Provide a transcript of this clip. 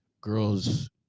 girl's